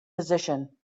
position